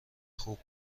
خوب